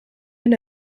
been